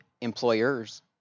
employers